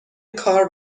کار